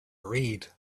read